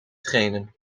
trainen